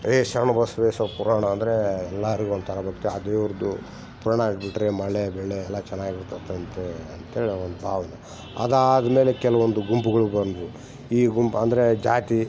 ಹೇ ಶರಣು ಬಸವೇಶ್ವರ ಪುರಾಣ ಅಂದರೆ ಎಲ್ಲರಿಗು ಒಂಥರ ಭಕ್ತಿ ಆ ದೇವರದ್ದು ಪುರಾಣ ಆಗಿಬಿಟ್ರೆ ಮಳೆ ಬೆಳೆ ಎಲ್ಲ ಚೆನ್ನಾಗಿರ್ತೈತಂತೆ ಅಂತೇಳಿ ಒಂದು ಭಾವ್ನೆ ಅದಾದಮೇಲೆ ಕೆಲವೊಂದು ಗುಂಪುಗಳು ಬಂದ್ವು ಈ ಗುಂಪು ಅಂದರೆ ಜಾತಿ